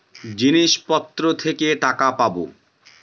জিনিসপত্র থেকে টাকা পাবো